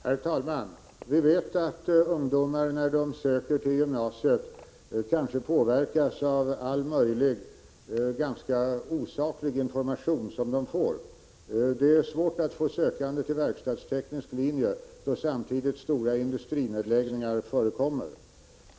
Herr talman! Vi vet att ungdomar när de söker till gymnasiet kanske påverkas av all möjlig ganska osaklig information som de får. Det är svårt att få sökande till verkstadsteknisk linje då samtidigt stora industrinedläggningar förekommer.